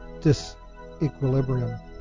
disequilibrium